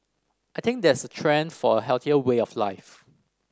I think there's a trend for a healthier way of life